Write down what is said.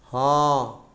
ହଁ